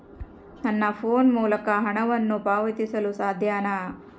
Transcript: ನನ್ನ ಫೋನ್ ಮೂಲಕ ಹಣವನ್ನು ಪಾವತಿಸಲು ಸಾಧ್ಯನಾ?